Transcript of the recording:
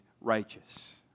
righteous